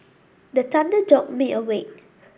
the thunder jolt me awake